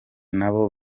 nabo